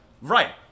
Right